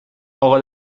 اقا